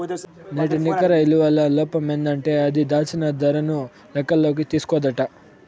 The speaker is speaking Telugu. నేటి నికర ఇలువల లోపమేందంటే అది, దాచిన దరను లెక్కల్లోకి తీస్కోదట